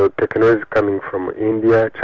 ah technology's coming from india,